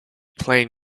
plain